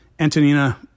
Antonina